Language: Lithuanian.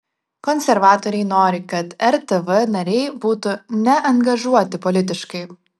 konservatoriai nori kad rtv nariai būtų neangažuoti politiškai